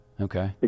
Okay